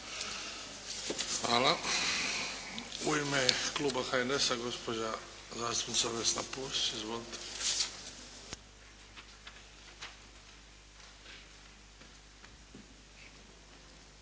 Hvala. U ime kluba HNS-a, gospođa zastupnica Vesna Pusić. Izvolite.